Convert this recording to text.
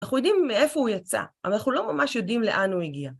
אנחנו יודעים מאיפה הוא יצא, אבל אנחנו לא ממש יודעים לאן הוא הגיע.